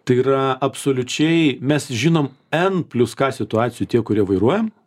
tai yra absoliučiai mes žinom n plius k situacijų tie kurie vairuojam